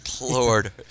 Lord